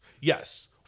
Yes